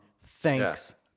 thanks